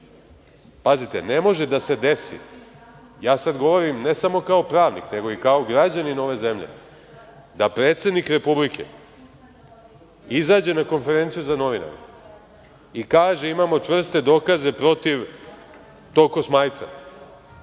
Ne može da se desi, ja sada govorim, ne samo kao pravnik, nego i kao građanin ove zemlje, da predsednik Republike izađe na konferenciju za novinare i kaže – imamo čvrste dokaze protiv tog Kosmajca,